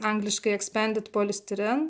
angliškai eksprendit polistiren